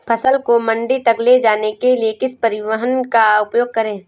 फसल को मंडी तक ले जाने के लिए किस परिवहन का उपयोग करें?